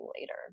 later